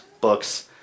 books